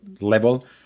level